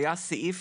היה סעיף